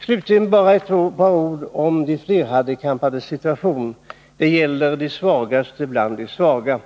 Slutligen skall jag säga ett par ord om de flerhandikappades situation. Det gäller de svagaste bland de svaga.